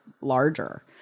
larger